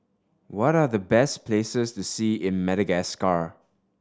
what are the best places to see in Madagascar